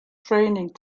training